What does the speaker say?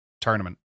tournament